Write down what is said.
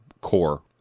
core